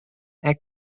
and